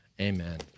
amen